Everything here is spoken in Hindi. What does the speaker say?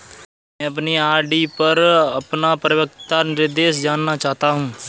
मैं अपनी आर.डी पर अपना परिपक्वता निर्देश जानना चाहता हूँ